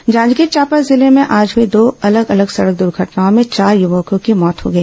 दर्घटना जांजगीर चांपा जिले में आज हुई दो अलग अलग सड़क दुर्घटनाओं में चार युवकों की मौत हो गई